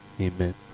Amen